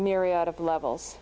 myriad of levels